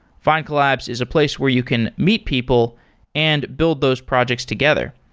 findcollabs is a place where you can meet people and build those projects together.